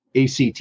ACT